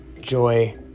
joy